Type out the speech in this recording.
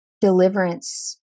deliverance